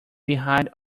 behind